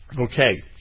Okay